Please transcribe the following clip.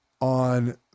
on